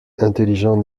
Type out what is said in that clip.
intelligents